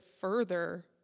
further